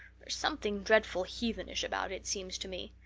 there's something dreadful heathenish about it, seems to me.